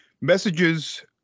messages